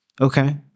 Okay